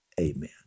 Amen